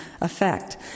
effect